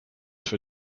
for